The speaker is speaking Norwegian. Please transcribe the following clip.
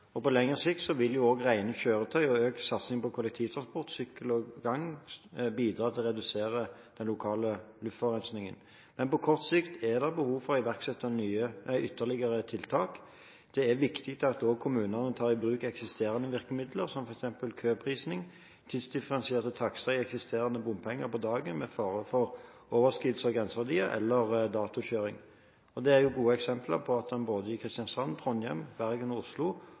og på lengre sikt vil òg rene kjøretøy og økt satsing på kollektivtransport, sykkel og gange bidra til å redusere den lokale luftforurensingen. Men på kort sikt er det behov for å iverksette ytterligere tiltak. Det er viktig at òg kommunene tar i bruk eksisterende virkemidler som f.eks. køprising, tidsdifferensierte takster i eksisterende bompenger på dager med fare for overskridelse av grenseverdier, eller datokjøring. Det er jo gode eksempler på i både Kristiansand, Trondheim, Bergen og Oslo,